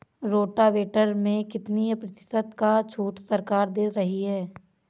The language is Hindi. रोटावेटर में कितनी प्रतिशत का छूट सरकार दे रही है?